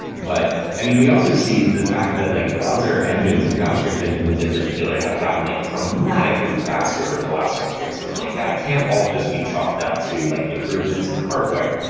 but, i mean, we also see the fact that like browser engines and javascript engines in particular have gotten like dramatically faster over the last several years, and and like that can't all just be chalked up to like improvements in hardware.